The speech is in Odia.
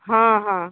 ହଁ ହଁ